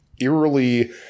eerily